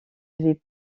vit